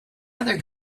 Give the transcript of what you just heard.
other